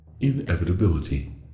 inevitability